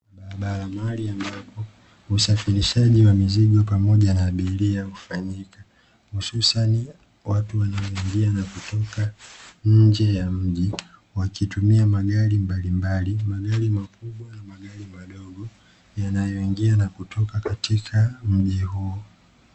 Barabara mahali ambapo usafirishaji wa mizigo pamoja na abiria hufanyika, watu wanaoingia na kutoka nje ya mji wakitumia magari mbalimbali magari makubwa yanayoingia na kutoka katika mji huu.